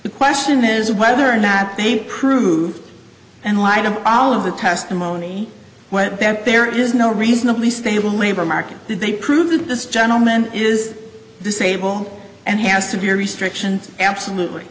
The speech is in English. the question is whether or not they prove and why don't all of the testimony what that there is no reasonably stable labor market they prove that this gentleman is disabled and has severe restrictions absolutely